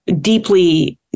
deeply